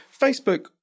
Facebook